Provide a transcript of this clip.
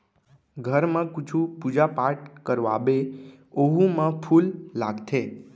घर म कुछु पूजा पाठ करवाबे ओहू म फूल लागथे